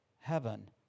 heaven